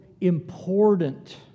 important